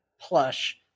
plush